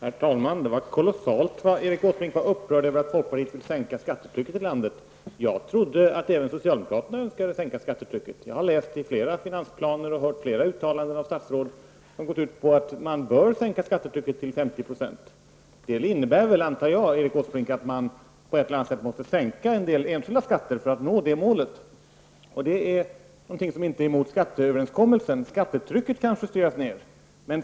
Herr talman! Det var kolossalt vad Erik Åsbrink är upprörd över att folkpartiet vill sänka skattetrycket i landet. Jag trodde att även socialdemokraterna önskade sänka skattetrycket. Jag har läst i flera finansplaner och hört i flera uttalanden från statsråd att man bör sänka skattetrycket till 50 %. Jag antar att det innebär att man på ett eller annat sätt måste sänka en del enskilda skatter för att nå det målet, Erik Åsbrink. Att justera ned skattetrycket kan inte strida emot skatteöverenskommelsen.